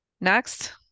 Next